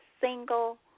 single